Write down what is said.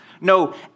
No